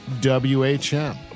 WHM